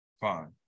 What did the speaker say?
Fine